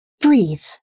Breathe